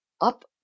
up